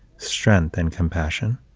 strength, and compassion.